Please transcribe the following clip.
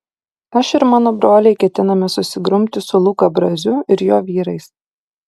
aš ir mano broliai ketiname susigrumti su luka braziu ir jo vyrais